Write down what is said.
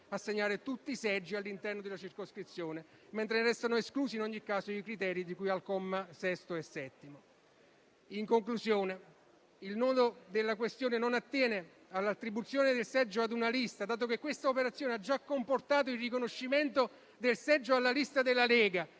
assegnare tutti i seggi all'interno della circoscrizione, mentre restano esclusi in ogni caso i criteri di cui ai commi 6 e 7. In conclusione, il nodo della questione non attiene all'attribuzione del seggio ad una lista, dato che questa operazione ha già comportato il riconoscimento del seggio alla lista della Lega,